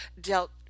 dealt